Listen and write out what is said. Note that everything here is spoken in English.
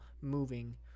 moving